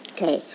Okay